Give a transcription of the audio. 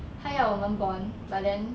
他要我们 bond but then